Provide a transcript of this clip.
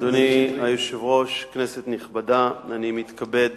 אדוני היושב-ראש, כנסת נכבדה, אני מתכבד